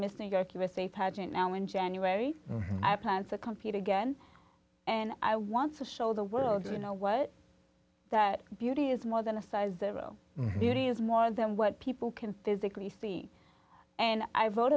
missing earth usa pageant now in january i plan to compete again and i want to show the world you know what that beauty is more than a size zero duty is more than what people can physically see and i wrote